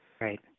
Right